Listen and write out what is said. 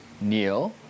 Neil